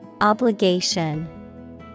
Obligation